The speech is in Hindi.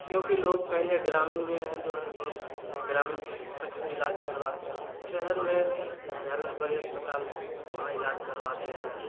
क्योंकि लोग पहले ग्रामीण में जो है सो ग्रामीण चिकित्सक से ईलाज करवाते हैं शहर में शहर में बड़ी अस्पताल है वहाँ ईलाज करवाते हैं